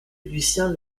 lucien